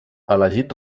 elegit